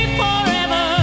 forever